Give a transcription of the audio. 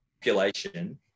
population